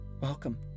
Welcome